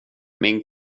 min